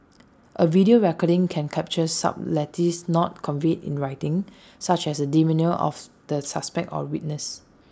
A video recording can capture subtleties not conveyed in writing such as the demeanour of the suspect or witness